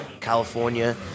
California